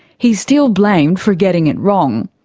he's still blamed for getting it wrong.